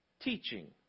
Teaching